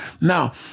Now